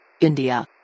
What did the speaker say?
India